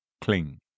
cling